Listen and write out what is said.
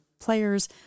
players